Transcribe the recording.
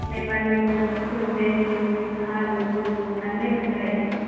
నెమళ్ళు కుందేళ్ళు సింహాలు పులులు అన్నీ ఉంటాయి